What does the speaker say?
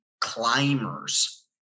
climbers